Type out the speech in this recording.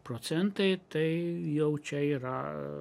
procentai tai jau čia yra